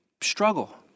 struggle